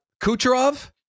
Kucherov